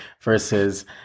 versus